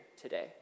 today